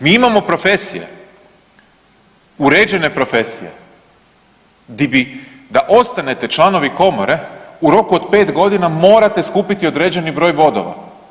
Mi imamo profesije, uređene profesije gdje bi da ostanete članovi komore u roku od 5 godina morate skupiti određeni broj bodova.